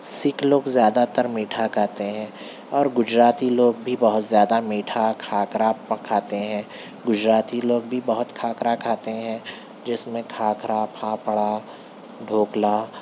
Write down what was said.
سکھ لوگ زیادہ تر میٹھا کھاتے ہیں اور گجراتی لوگ بھی بہت زیادہ میٹھا کھاکرا کھاتے ہیں گجراتی لوگ بھی بہت کھاکرا کھاتے ہیں جس میں کھاکرا پھاپھڑا ڈھوکلا